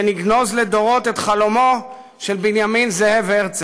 ונגנוז לדורות את חלומו של בנימין זאב הרצל.